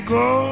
go